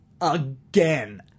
again